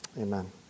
Amen